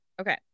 Okay